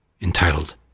entitled